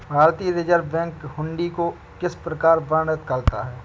भारतीय Reserve Bank हुंडी को किस प्रकार वर्णित करता है?